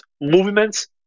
movements